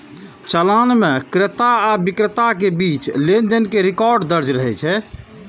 चालान मे क्रेता आ बिक्रेता के बीच लेनदेन के रिकॉर्ड दर्ज रहै छै